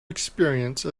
experience